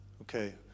Okay